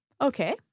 Okay